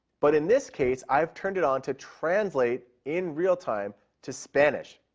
but in this case, i have turned it on to translate in real time to spanish